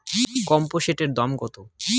পাম্পসেটের দাম কত?